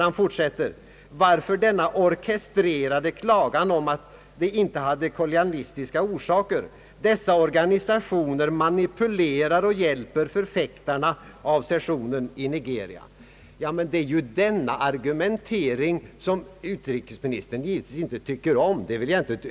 Han fortsätter nämligen: »Varför denna orkestrerade klagan om den inte hade kolonialistiska orsaker? Dessa organisationer manipulerar och hjälper förfäktarna av secessionen i Nigeria.» Jag vill inte ett ögonblick påstå att utrikesministern tycker om denna argumentering.